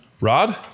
Rod